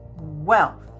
wealth